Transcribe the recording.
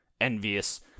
envious